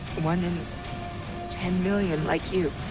one in ten million, like you.